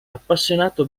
appassionato